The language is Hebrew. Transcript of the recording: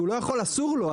כי הוא יכול, אסור לו.